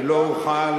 לא עשינו.